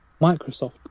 Microsoft